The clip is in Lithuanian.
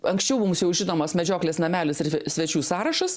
anksčiau mums jau žinomas medžioklės namelis ir svečių sąrašas